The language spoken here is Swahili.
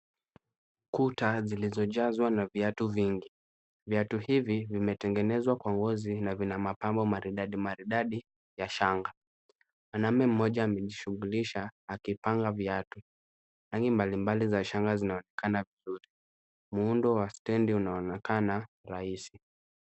Kuta zilizojazwa na viatu vingi. Viatu hivi vimetengenezwa kwa ngozi na vina mapambo maridadi maridadi ya shanga. Mwanamume mmoja amejishughulisha akipanga viatu. Rangi mbalimbali za shanga zinaonekana vizuri. Muundo wa stendi unaonekana rahisi.